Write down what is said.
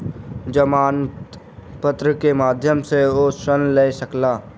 जमानत पत्र के माध्यम सॅ ओ ऋण लय सकला